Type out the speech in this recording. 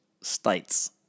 states